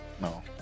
No